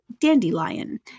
Dandelion